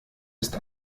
ist